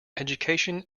education